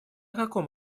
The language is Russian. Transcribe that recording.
каком